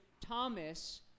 Thomas